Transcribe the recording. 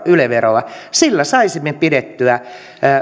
yle veroa sillä saisimme pidettyä